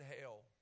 hell